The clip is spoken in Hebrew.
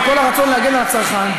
עם כל הרצון להגן על הצרכן,